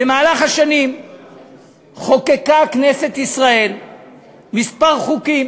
במהלך השנים חוקקה כנסת ישראל כמה חוקים